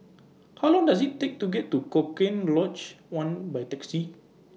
How Long Does IT Take to get to Cochrane Lodge one By Taxi